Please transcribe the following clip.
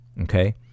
Okay